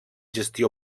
gestió